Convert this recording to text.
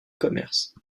commerce